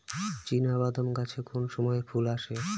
চিনাবাদাম গাছে কোন সময়ে ফুল আসে?